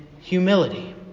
humility